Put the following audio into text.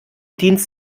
dienst